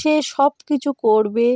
সে সব কিছু করবে